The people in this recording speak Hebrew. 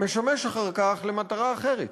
משמש אחר כך למטרה אחרת.